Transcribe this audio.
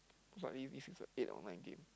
cause likely this is a eight or nine game